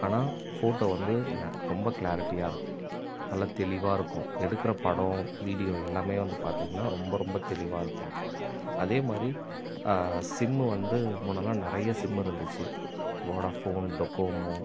ஆனால் ஃபோட்டோ வந்து நெ ரொம்ப கிளாரிட்டியாக இருக்கும் நல்ல தெளிவாக இருக்கும் எடுக்கிற படம் வீடியோ எல்லாமே வந்து பார்த்தீங்கன்னா ரொம்ப ரொம்ப தெளிவாக இருக்கும் அதே மாதிரி சிம் வந்து முன்னேல்லாம் நிறைய சிம் இருந்துச்சு வோடஃபோன் டொக்கோமோ